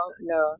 no